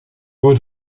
would